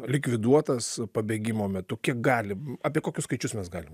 likviduotas pabėgimo metu kiek galim apie kokius skaičius mes galim